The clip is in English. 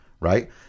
right